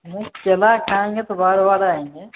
केला खाएंगे तो बार बार आएंगे